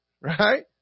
Right